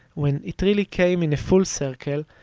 when it really came in a full circle,